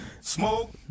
smoke